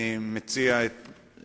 תודה רבה.